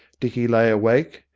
dicky lay awake,